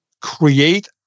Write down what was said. create